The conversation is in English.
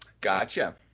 Gotcha